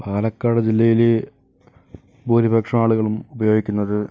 പാലക്കാട് ജില്ലയില് ഭൂരിപക്ഷം ആളുകളും ഉപയോഗിക്കുന്നത്